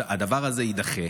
הדבר הזה יידחה.